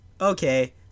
okay